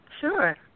Sure